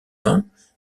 vins